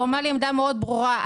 הוא אמר לי עמדה מאוד ברורה,